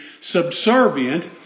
subservient